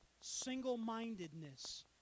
Single-mindedness